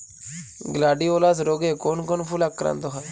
Gladiolus রোগে কোন কোন ফুল আক্রান্ত হয়?